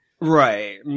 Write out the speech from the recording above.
Right